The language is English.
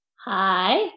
Hi